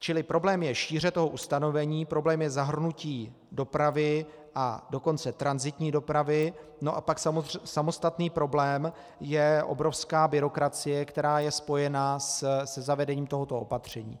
Čili problém je šíře toho ustanovení, problém je zahrnutí dopravy, a dokonce tranzitní dopravy, a pak samostatný problém je obrovská byrokracie, která je spojena se zavedením tohoto opatření.